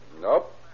Nope